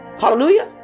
Hallelujah